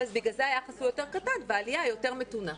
בגלל זה היחס הוא יותר קטן והעלייה יותר מתונה.